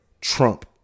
Trump